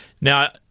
Now